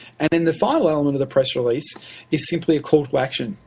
and then the final element of the press release is simply a call to action.